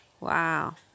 Wow